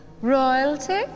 Royalty